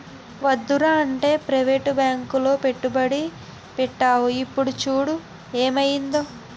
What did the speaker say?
వద్దురా అంటే ప్రవేటు బాంకులో పెట్టుబడి పెట్టేవు ఇప్పుడు చూడు ఏమయిందో